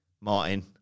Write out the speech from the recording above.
Martin